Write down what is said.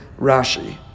Rashi